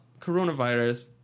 coronavirus